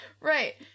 right